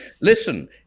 Listen